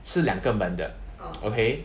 是两个门的 okay